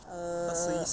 err